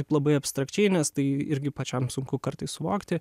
taip labai abstrakčiai nes tai irgi pačiam sunku kartais suvokti